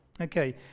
Okay